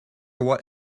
what